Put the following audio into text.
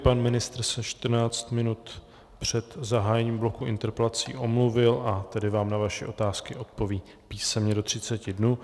Pan ministr se čtrnáct minut před zahájením bloku interpelací omluvil, a tedy vám na vaše otázky odpoví písemně do třiceti dnů.